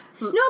No